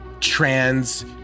trans